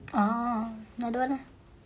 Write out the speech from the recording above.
ah nah don't want ah